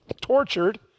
tortured